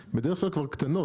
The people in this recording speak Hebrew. הן בדרך כלל קטנות.